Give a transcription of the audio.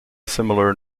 similar